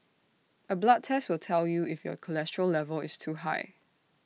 A blood test will tell you if your cholesterol level is too high